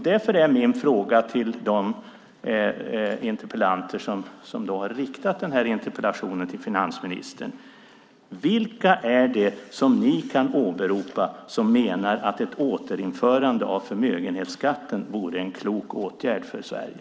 Därför är min fråga till de interpellanter som har riktat interpellationen till finansministern: Vilka är det som ni kan åberopa som menar att ett återinförande av förmögenhetsskatten vore en klok åtgärd för Sverige?